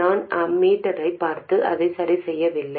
நான் அம்மீட்டரைப் பார்த்து அதை சரிசெய்யவில்லை